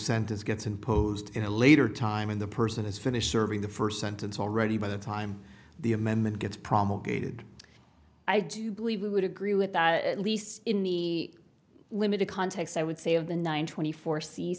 sentence gets imposed in a later time when the person has finished serving the first sentence already by the time the amendment gets promulgated i do believe we would agree with that at least in the limited context i would say of the nine twenty four see